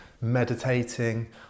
meditating